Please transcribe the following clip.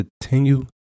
continue